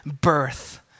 birth